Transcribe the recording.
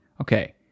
Okay